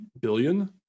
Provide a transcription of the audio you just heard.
billion